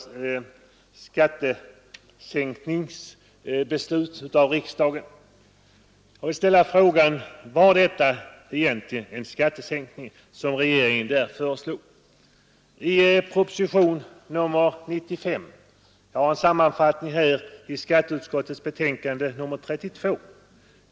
Jag vill då ställa frågan: Var det egentligen en skattesänkning som regeringen då föreslog i regeringens proposition nr 95? Det fanns en sammanfattning i skatteutskottets betänkande nr 32.